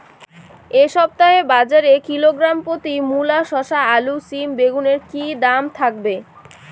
এই সপ্তাহে বাজারে কিলোগ্রাম প্রতি মূলা শসা আলু সিম বেগুনের কী দাম থাকবে?